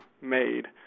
made